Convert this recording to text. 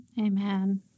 Amen